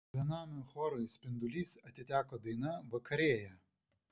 benamių chorui spindulys atiteko daina vakarėja